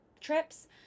trips